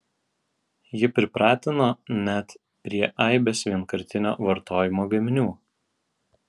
ji pripratino net prie aibės vienkartinio vartojimo gaminių